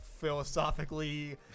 philosophically